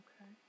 Okay